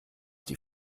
die